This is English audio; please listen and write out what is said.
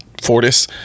Fortis